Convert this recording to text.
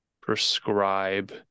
prescribe